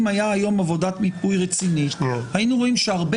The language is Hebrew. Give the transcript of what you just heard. אם הייתה היום עבודת מיפוי רצינית היינו רואים שהרבה